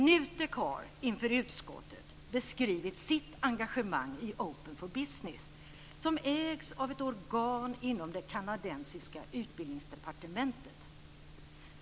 NUTEK har inför utskottet beskrivit sitt engagemang i Open for Business, som ägs av ett organ inom det kanadensiska utbildningsdepartementet.